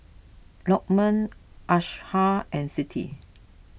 Lokman Aishah and Siti